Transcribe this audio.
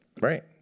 Right